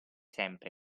sempre